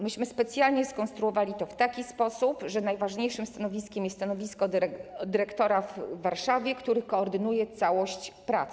Myśmy specjalnie skonstruowali to w taki sposób, że najważniejszym stanowiskiem jest stanowisko dyrektora w Warszawie, który koordynuje całość prac.